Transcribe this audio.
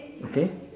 okay